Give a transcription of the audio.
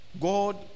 God